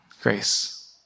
grace